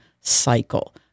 cycle